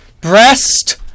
Breast